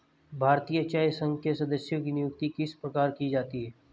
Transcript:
भारतीय चाय संघ के सदस्यों की नियुक्ति किस प्रकार की जाती है?